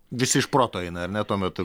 visi iš proto eina ar ne tuo metu